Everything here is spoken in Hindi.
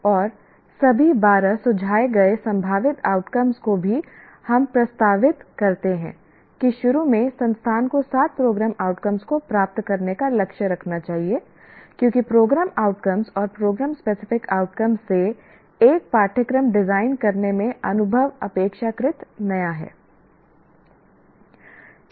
और सभी बारह सुझाए गए संभावित आउटकम को भी हम प्रस्तावित करते हैं कि शुरू में संस्थान को सात प्रोग्राम आउटकम्स को प्राप्त करने का लक्ष्य रखना चाहिए क्योंकि प्रोग्राम आउटकम्स और प्रोग्राम स्पेसिफिक आउटकम्स से एक पाठयक्रम डिजाइन करने में अनुभव अपेक्षाकृत नया है